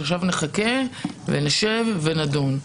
שעכשיו נחכה ונשב ונדון.